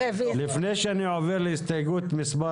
אנחנו רוצים להתחיל מהנקודה שבה עצרנו אתמול,